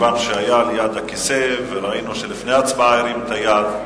כיוון שהיה ליד הכיסא וראינו שלפני ההצבעה הרים את היד,